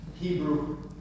Hebrew